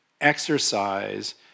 exercise